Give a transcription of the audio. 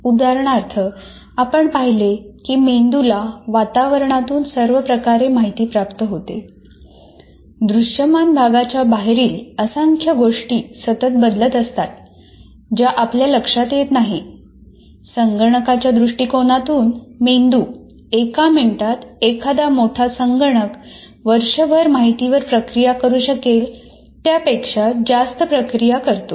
उदाहरणार्थ आपण पाहिले की मेंदूला वातावरणातून सर्व प्रकारे माहिती प्राप्त होते संगणकाच्या दृष्टिकोनातून मेंदू एका मिनिटात एखादा मोठा संगणक वर्षभर माहितीवर प्रक्रिया करू शकेल त्यापेक्षा जास्त प्रक्रिया करतो